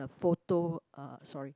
photo uh sorry